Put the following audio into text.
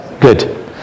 good